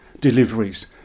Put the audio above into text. deliveries